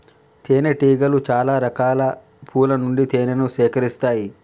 తేనె టీగలు చాల రకాల పూల నుండి తేనెను సేకరిస్తాయి